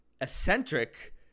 eccentric